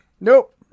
Nope